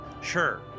sure